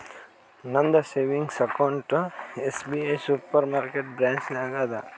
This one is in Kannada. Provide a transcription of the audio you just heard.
ನಂದ savings account SBI super market branch ನಾಗ್ ಅದಾ